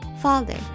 father